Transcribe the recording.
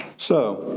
so.